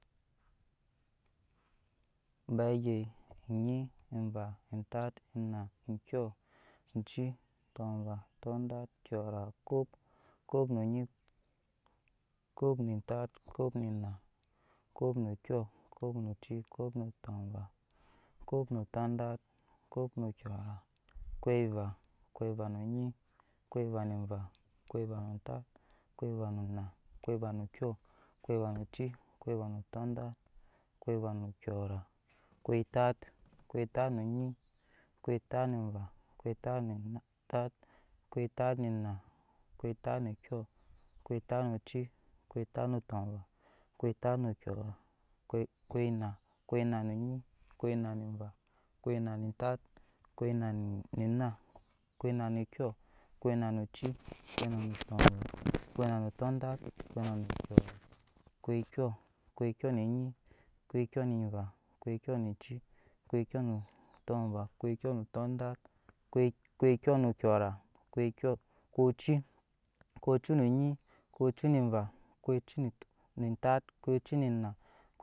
Baa gyɛ enyii evaa etat enaa ekyɔɔ ecii tɔɔva tɔɔdat kyɔɔra okop kopnonyi kop no tat kop nonwa kop no kopnocii kop no tɔɔvaa kopno tondat kopno kyɔɔra koivaa koivaa nonyi koiva ne vaa koivaa no tart koivea nonaa koivaa nokyɔɔ koivea noci koivaano tɔɔttat koivaa nakyøra koietat katatnonyi koitatnova koitatnotat koitatnonaa koitatnokyɔ koitatnɔcii koitat no tɔɔvea koitat no kyeɔɔra koinaa koinano nyi koinanvaa koinanotat koinanoa koinanokyɔɔ koinanocii koinanotoɔva koikkyɔɔnonyi koikyɔɔne vaa kokyɔɔnɔcii kokyɔɔnɔno tɔɔvaa kokyɔɔnɔnotɔdat kokyɔɔnɔkyɔɔra koikyo koocii kocinonyi kocinevaa kocinetat koocinonaa.